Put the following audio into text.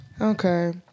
Okay